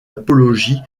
apologie